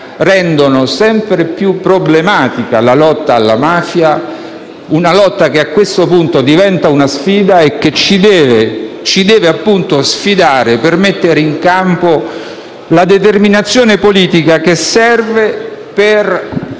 rendono sempre più problematica la lotta alla mafia. È una lotta che a questo punto diventa una sfida e che ci deve, appunto, portare a scendere in campo con la determinazione politica che serve per